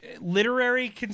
Literary